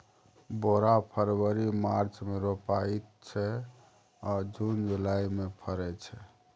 बोरा फरबरी मार्च मे रोपाइत छै आ जुन जुलाई मे फरय छै